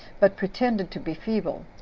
but pretended to be feeble,